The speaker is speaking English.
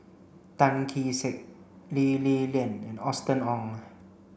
Tan Kee Sek Lee Li Lian and Austen Ong